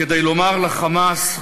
כדי לומר ל"חמאס":